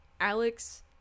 alex